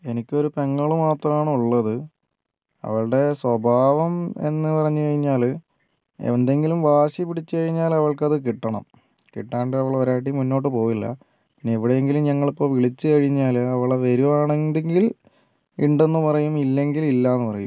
എനിക്കൊരു പെങ്ങള് മാത്രമാണുള്ളത് അവളുടെ സ്വഭാവം എന്ന് പറഞ്ഞുകഴിഞ്ഞാല് എന്തെങ്കിലും വാശി പിടിച്ചുകഴിഞ്ഞാൽ അവൾക്കത് കിട്ടണം കിട്ടാണ്ട് അവൾ ഒരടി മുന്നോട്ടുപോകില്ല ഇനി എവിടെയെങ്കിലും ഞങ്ങളിപ്പോൾ വിളിച്ച് കഴിഞ്ഞാല് അവള് വരുവാന്നുണ്ടെങ്കിൽ ഉണ്ടെന്ന് പറയും ഇല്ലെങ്കിൽ ഇല്ലാന്ന് പറയും